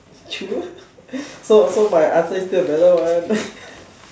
true so so my answer is still the better one